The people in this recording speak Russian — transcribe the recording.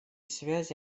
связи